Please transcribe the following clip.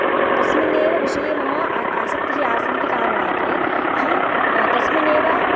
तस्मिन्नेव विषये मम आसक्तिः आसीदिति कारणात् अहं तस्मिन्नेव